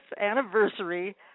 anniversary